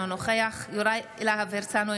אינו נוכח יוראי להב הרצנו,